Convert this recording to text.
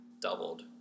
doubled